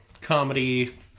comedy